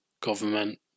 government